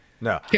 No